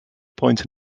point